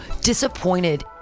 disappointed